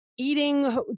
eating